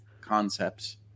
concepts